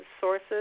sources